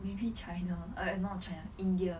maybe china err not china india